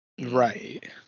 Right